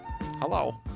Hello